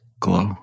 glow